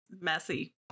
messy